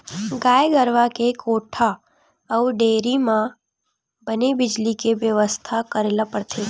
गाय गरूवा के कोठा अउ डेयरी म बने बिजली के बेवस्था करे ल परथे